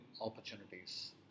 opportunities